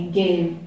game